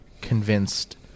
convinced